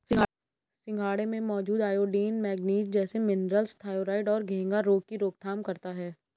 सिंघाड़े में मौजूद आयोडीन, मैग्नीज जैसे मिनरल्स थायरॉइड और घेंघा रोग की रोकथाम करता है